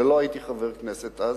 ולא הייתי חבר כנסת אז,